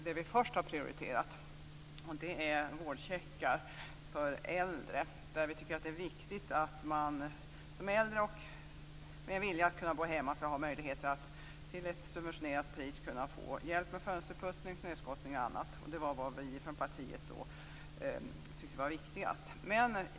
Det vi först har prioriterat är vårdcheckar för äldre. Vi menar att det är viktigt att äldre som vill bo hemma skall ha möjlighet att till ett subventionerat pris få hjälp med bl.a. fönsterputsning och snöskottning. Det är vad vi i vårt parti har tyckt vara viktigast.